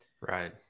right